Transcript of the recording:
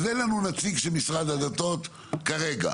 אז אין לנו נציג של משרד הדתות כרגע.